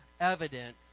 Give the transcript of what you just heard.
evident